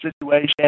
situation